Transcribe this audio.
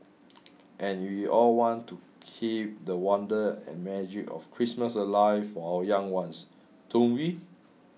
and we all want to keep the wonder and magic of Christmas alive for our young ones don't we